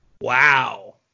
Wow